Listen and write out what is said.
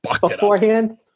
beforehand